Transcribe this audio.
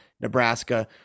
Nebraska